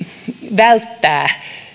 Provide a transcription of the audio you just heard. välttää